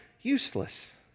useless